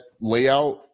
layout